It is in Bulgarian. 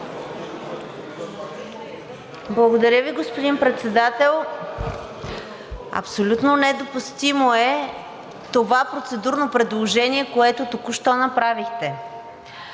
Благодаря Ви, господин Председател. Абсолютно недопустимо е това процедурно предложение, което току-що направихте.